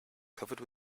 covered